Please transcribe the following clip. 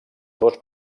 dos